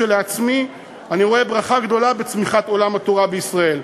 כשלעצמי אני רואה ברכה גדולה בצמיחת עולם התורה בישראל.